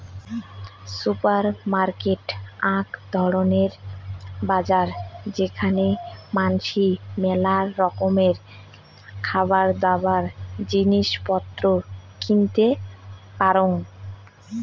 supermarket আক ধরণের বাজার যেখানে মানাসি মেলা রকমের খাবারদাবার, জিনিস পত্র কিনতে পারং